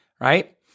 right